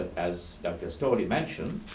as dr. storde mentioned.